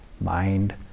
mind